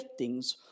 giftings